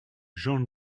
jean